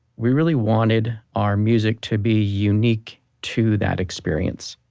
we really wanted our music to be unique to that experience.